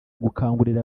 gukangurira